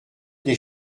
des